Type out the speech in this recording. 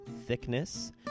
thickness